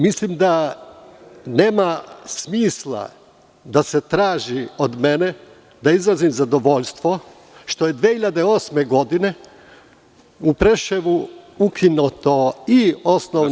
Mislim da nema smisla da se traži od mene da izrazim zadovoljstvo što je 2008. godine u Preševu ukinuto i osnovno…